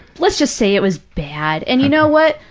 let's just say it was bad. and you know what?